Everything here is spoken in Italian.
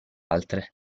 altre